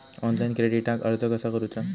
Online क्रेडिटाक अर्ज कसा करुचा?